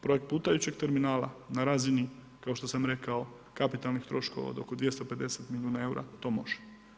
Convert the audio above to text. Projekt plutajućeg terminala na razini, kao što sam rekao, kapitalnih troškova od oko 250 milijuna eura to može.